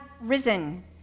risen